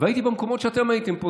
והייתי במקומות שאתם הייתם פה.